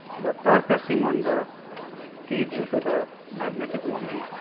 the torque acting on the t due to the magnetic moment,